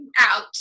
out